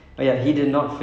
ah andrew garfield